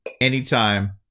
anytime